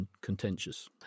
contentious